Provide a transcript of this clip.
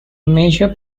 major